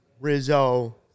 Rizzo